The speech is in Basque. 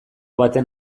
baten